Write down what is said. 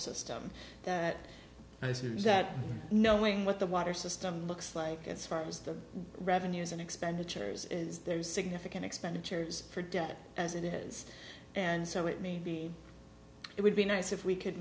system that i say that knowing what the water system looks like as far as the revenues and expenditures is there is significant expenditures for debt as it is and so it may be it would be nice if we could